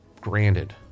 Granted